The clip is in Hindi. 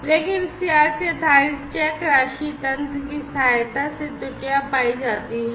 लेकिन CRC आधारित चेक राशि तंत्र की सहायता से त्रुटियां पाई जाती हैं